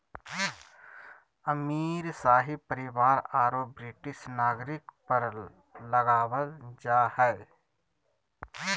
अमीर, शाही परिवार औरो ब्रिटिश नागरिक पर लगाबल जा हइ